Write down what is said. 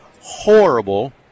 horrible